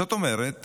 זאת אומרת